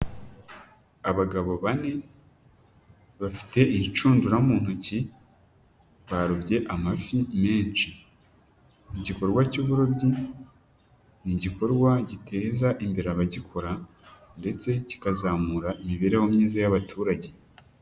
Abagabo bane bafite ibicundura mu ntoki barobye amafi menshi, igikorwa cy'uburobyi ni igikorwa giteza imbere abagikora ndetse kikazamura imibereho myiza y'abaturage.